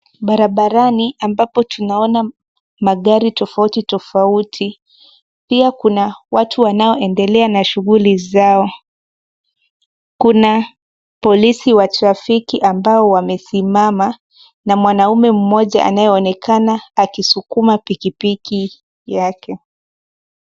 Barabarani ambapo tunaona magari tofauti tofauti ,pia kuna watu wanaoendelea na shughuli zao. Kuna polisi wa trafiki amabo wamesimama na mwanaume mmoja anayeonekana akisukuma pikipiki yake.